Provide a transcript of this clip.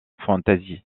fantasy